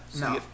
no